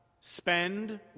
spend